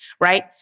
right